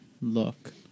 look